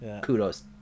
kudos